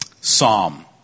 psalm